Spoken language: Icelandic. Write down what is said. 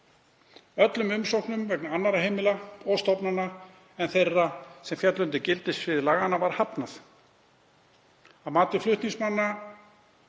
Öllum umsóknum vegna annarra heimila og stofnana en þeirra sem féllu undir gildissvið laganna var hafnað. Að mati flutningsmanna